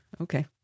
Okay